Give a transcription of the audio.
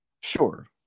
Sure